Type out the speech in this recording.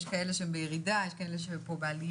יש כאלה שהן בירידה, יש כאלה שהן בעלייה.